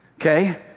Okay